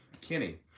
Kenny